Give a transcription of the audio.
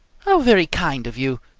how very kind of you!